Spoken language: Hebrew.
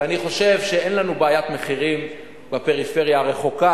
ואני חושב שאין לנו בעיית מחירים בפריפריה הרחוקה.